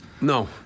No